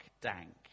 dank